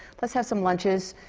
let's have some lunches.